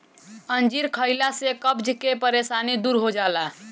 अंजीर खइला से कब्ज के परेशानी दूर हो जाला